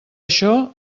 això